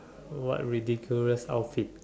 what ridiculous outfit